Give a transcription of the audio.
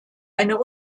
eine